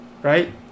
Right